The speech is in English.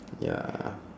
ya